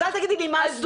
אז אל תגידי לי מה עשו.